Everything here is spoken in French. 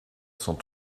sans